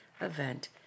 event